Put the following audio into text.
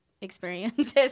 experiences